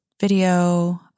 video